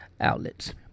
outlets